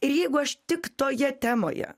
ir jeigu aš tik toje temoje